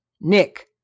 Nick